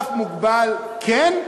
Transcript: שותף מוגבל כן,